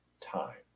time